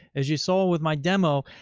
as you saw it with my demo,